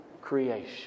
creation